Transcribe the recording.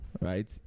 right